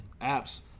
apps